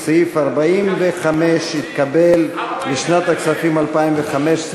נעבור להצביע על סעיף 45 לשנת הכספים 2015,